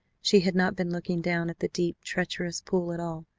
she had not been looking down at the deep, treacherous pool at all.